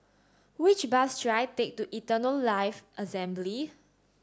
which bus should I take to Eternal Life Assembly